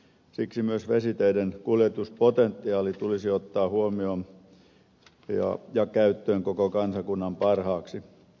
siksi myös vesiteiden kuljetuspotentiaali tulisi ottaa huomioon ja käyttöön koko kansakunnan parhaaksi